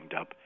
up